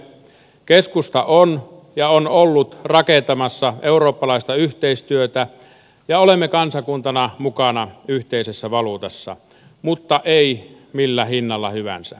keskusta on ja on ollut rakentamassa eurooppalaista yhteistyötä ja olemme kansakuntana mukana yhteisessä valuutassa mutta emme millä hinnalla hyvänsä